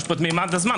יש פה ממד הזמן.